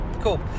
Cool